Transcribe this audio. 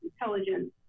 intelligence